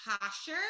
posture